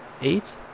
Eight